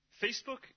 Facebook